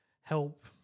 help